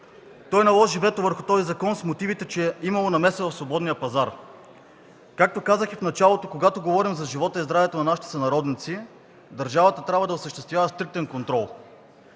Той наложи вето върху този закон с мотивите, че имало намеса в свободния пазар. Както казах в началото, когато говорим за живота и здравето на нашите сънародници, държавата трябва да осъществява стриктен контрол.